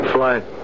Flight